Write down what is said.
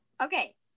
Okay